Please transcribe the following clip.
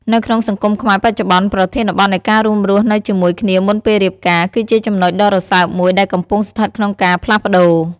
នៅក្នុងសង្គមខ្មែរបច្ចុប្បន្ន ប្រធានបទនៃការរួមរស់នៅជាមួយគ្នាមុនពេលរៀបការ គឺជាចំណុចដ៏រសើបមួយដែលកំពុងស្ថិតក្នុងការផ្លាស់ប្តូរ។